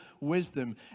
wisdom